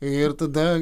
ir tada